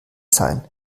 sein